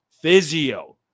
physio